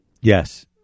Yes